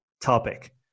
topic